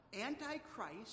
anti-Christ